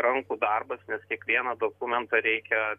rankų darbas nes kiekvieną dokumentą reikia